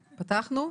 פתחנו.